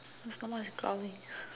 my stomach is growling